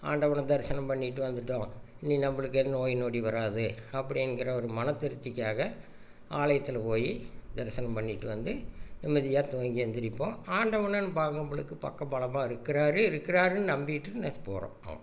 ஆண்டவனை தரிசனம் பண்ணிவிட்டு வந்துவிட்டோம் இனி நம்மளுக்கு எதுவும் நோய்நொடி வராது அப்படிங்கிற ஒரு மனத்திருப்திக்காக ஆலயத்தில் போய் தரிசனம் பண்ணிவிட்டு வந்து நிம்மதியாக தூங்கி எழுந்திருப்போம் ஆண்டவன் நம்மளுக்கு பக்கபலமாக இருக்கிறாரு இருக்குறாருன்னு நம்பிட்டு போகிறோம்